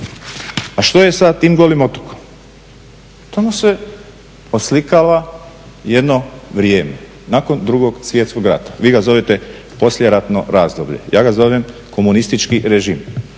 A što je sa tim Golim otokom? Tamo se oslikava jedno vrijeme nakon 2.svjetskog rata, vi ga zovete poslijeratno razdoblje, ja ga zovem komunistički režim.